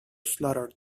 slaughter